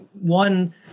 One